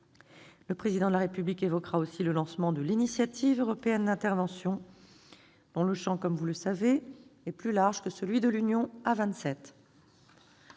Le Président de la République évoquera aussi le lancement de l'initiative européenne d'intervention, dont le champ, comme vous le savez, est plus large que celui de l'Union à 27.